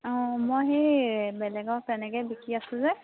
অঁ মই সেই বেলেগক তেনেকৈ বিকি আছোঁ যে